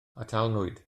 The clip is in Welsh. atalnwyd